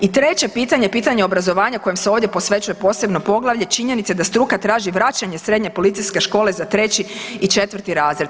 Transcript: I treće pitanje, pitanje obrazovanja kojem se ovdje posvećuje posebno poglavlje činjenica je da struka traži vraćanje Srednje policijske škole za 3. i 4. razred.